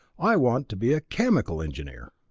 i want to be a chemical engineer.